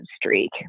streak